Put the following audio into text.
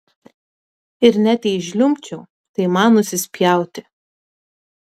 ir net jei žliumbčiau tai man nusispjauti